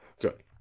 Good